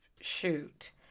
shoot